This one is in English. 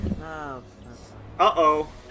Uh-oh